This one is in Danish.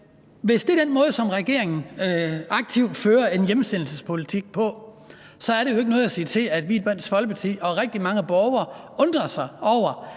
Hvis det er den måde, som regeringen aktivt fører en hjemsendelsespolitik på, så er der jo ikke noget at sige til, at vi i Dansk Folkeparti og rigtig mange borgere undrer sig over,